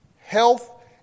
health